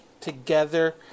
together